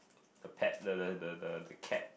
the pet the the the the the cat